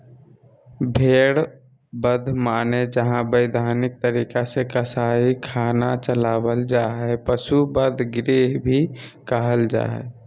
भेड़ बध माने जहां वैधानिक तरीका से कसाई खाना चलावल जा हई, पशु वध गृह भी कहल जा हई